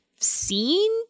seen